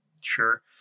sure